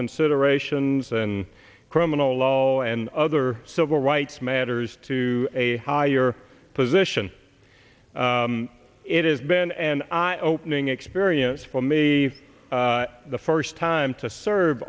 considerations and criminal law and other civil rights matters to a higher position it has been an eye opening experience for me the first time to serve